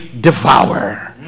devour